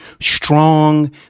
strong